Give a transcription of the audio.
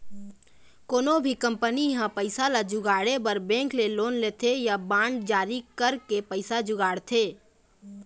कोनो भी कंपनी ह पइसा ल जुगाड़े बर बेंक ले लोन लेथे या बांड जारी करके पइसा जुगाड़थे